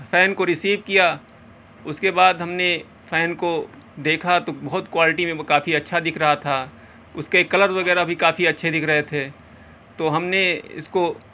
fan کو receive کیا اس کے بعد ہم نے فین کو دیکھا تو بہت کوالٹی میں وہ کافی اچھا دکھ رہا تھا اس کے کلر وغیرہ بھی کافی اچھے دکھ رہے تھے تو ہم نے اس کو